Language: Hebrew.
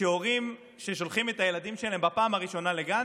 שבו הורים שולחים את הילדים שלהם בפעם הראשונה לגן,